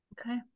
Okay